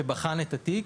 שבחן את התיק,